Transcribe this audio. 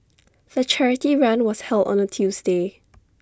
the charity run was held on A Tuesday